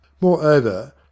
Moreover